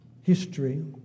history